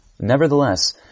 Nevertheless